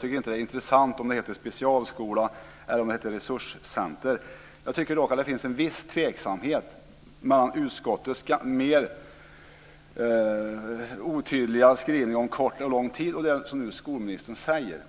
Det är inte intressant om det kallas specialskola eller resurscenter. Det finns dock en viss tveksamhet mellan utskottets otydliga skrivning om kort och lång tid och det som skolministern nu säger.